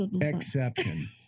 Exception